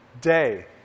day